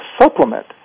supplement